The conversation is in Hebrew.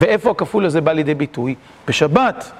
ואיפה הכפול הזה בא לידי ביטוי? בשבת.